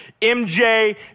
MJ